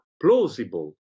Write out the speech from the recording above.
plausible